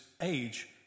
age